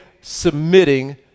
submitting